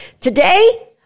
Today